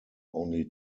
only